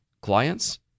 clients